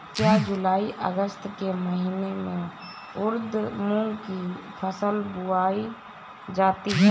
क्या जूलाई अगस्त के महीने में उर्द मूंग की फसल बोई जाती है?